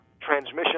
transmission